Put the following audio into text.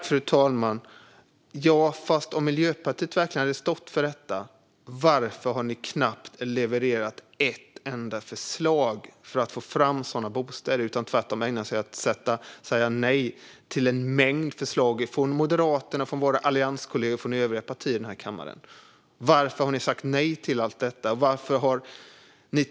Fru talman! Om Miljöpartiet verkligen står för detta, Åsa Lindhagen, varför har ni då knappt levererat ett enda förslag för att få fram sådana bostäder? Ni har tvärtom ägnat er åt att säga nej till en mängd förslag från Moderaterna, våra allianskollegor och övriga partier i kammaren. Varför har ni sagt nej till allt detta?